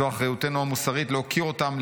זו אחריותנו המוסרית להוקיר אותם,